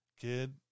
Kid